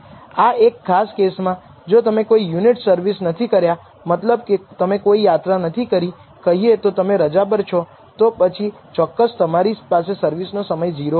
આ એક ખાસ કેસમાં જો તમે કોઈ યુનિટ સર્વિસ નથી કર્યા મતલબ કે તમે કોઈ યાત્રા નથી કરી કહીએ તો તમે રજા પર છો તો પછી ચોક્કસ તમારી પાસે સર્વિસ નો સમય 0 હશે